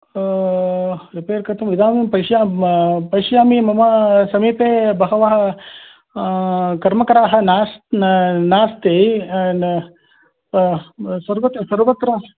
repair कर्तुम् इदानीं पश्याम् पश्यामि मम समीपे बहवः कर्मकराः नास् नास्ति सर्व सर्वत्र